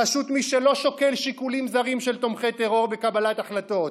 בראשות מי שלא שוקל שיקולים זרים של תומכי טרור בקבלת החלטות,